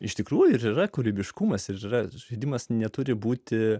iš tikrųjų yra kūrybiškumas yra žaidimas neturi būti